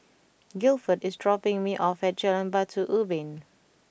Gilford is dropping me off at Jalan Batu Ubin